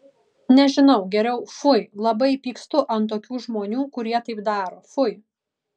nežinau geriau fui labai pykstu ant tokių žmonių kurie taip daro fui